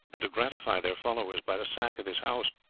and to gratify their followers by the sack of his house.